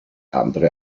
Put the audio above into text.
andere